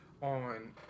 on